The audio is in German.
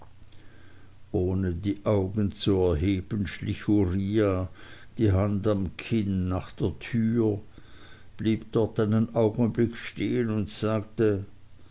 ohne die augen zu erheben schlich uriah die hand am kinn nach der tür blieb dort einen augenblick stehen und sagte